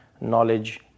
knowledge